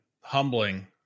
humbling